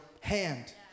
hand